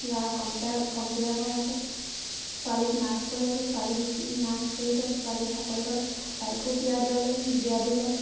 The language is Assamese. ল'ৰাক কম্পিউটাৰ কম্পিউটাৰ পঢ়াই আছে ছোৱালীক নাৰ্চ পঢ়ি আছে ছোৱালী নাৰ্চ পঢ়ি এতিয়া ছোৱালীয়ে চাকৰি পালে তাইকো বিয়া দিয়ালে বিয়া দিলে